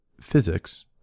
physics